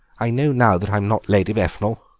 i know now that i'm not lady befnal.